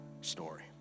story